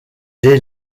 dès